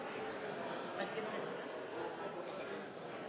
Det er ikke politikeroppfunnet, og det